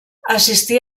assistí